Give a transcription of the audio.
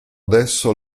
adesso